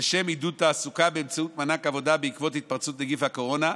לשם עידוד תעסוקה באמצעות מענק עבודה בעקבות התפרצות נגיף הקורונה,